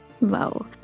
Wow